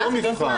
מה זה מבחן?